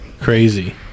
Crazy